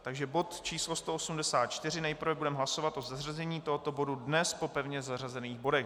Takže bod 184 nejprve budeme hlasovat o zařazení tohoto bodu dnes po pevně zařazených bodech.